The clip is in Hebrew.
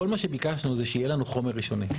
כל מה שביקשנו זה שיהיה לנו חומר ראשוני.